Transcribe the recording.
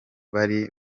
bari